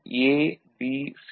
ABC'D